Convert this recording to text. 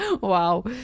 Wow